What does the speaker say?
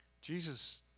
Jesus